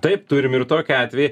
taip turim ir tokį atvejį